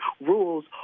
rules